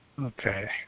Okay